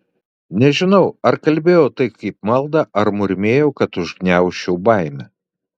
nežinau ar kalbėjau tai kaip maldą ar murmėjau kad užgniaužčiau baimę